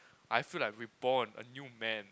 I feel like reborn a new man